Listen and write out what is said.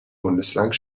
bundesland